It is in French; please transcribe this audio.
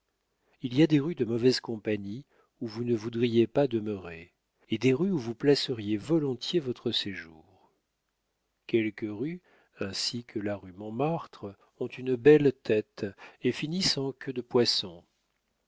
il y a des rues de mauvaise compagnie où vous ne voudriez pas demeurer et des rues où vous placeriez volontiers votre séjour quelques rues ainsi que la rue montmartre ont une belle tête et finissent en queue de poisson